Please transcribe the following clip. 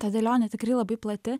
ta dėlionė tikrai labai plati